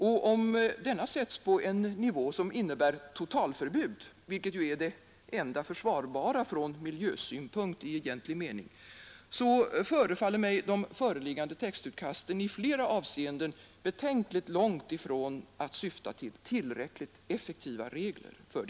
Och om denna sätts på en nivå som innebär totalförbud — det enda försvarbara från miljösynpunkt i egentlig mening — förefaller mig de föreliggande textutkasten i flera avseenden betänkligt långtifrån att syfta till tillräckligt effektiva regler.